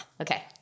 Okay